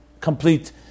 complete